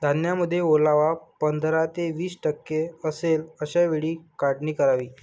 धान्यामध्ये ओलावा पंधरा ते वीस टक्के असेल अशा वेळी काढणी करावी